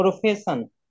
profession